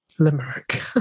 Limerick